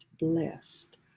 Blessed